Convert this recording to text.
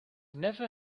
never